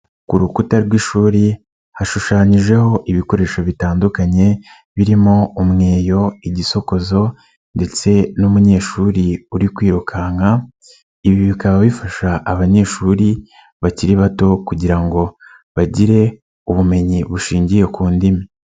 Ku rukuta rw'ishuri hashushanyijeho ibikoresho bitandukanye birimo umweyo, igisokozo ndetse n'umunyeshuri uri kwirukanka, ibi bikaba bifasha abanyeshuri bakiri bato kugira ngo bagire ubumenyi bushingiye ku ndimi.